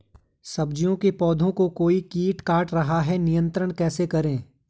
सब्जियों के पौधें को कोई कीट काट रहा है नियंत्रण कैसे करें?